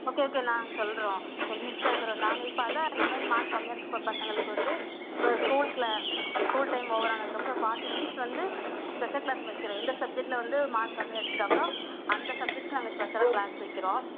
okay okay நாங்கள் சொல்கிறோம் so மிஸ்ஸா இருக்கிற நாங்கள் இப்போ அதுதான் இந்தமாதிரி மார்க் கம்மியா இருக்க கூடிய பசங்களுக்கு வந்து இப்போ ஸ்கூல் க்ளா ஸ்கூல் டைம் ஓவரானதுக்கப்புறம் ஃபார்ட்டி மினிட்ஸ் வந்து ஸ்பெஷல் க்ளாஸ் வைக்கிறோம் எந்த சப்ஜெக்ட்டில் வந்து மார்க் கம்மியாக எடுத்துருக்காங்களோ அந்த சப்ஜெக்ட்டுக்கு நாங்கள் ஸ்பெஷலா க்ளாஸ் வைக்கிறோம்